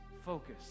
focus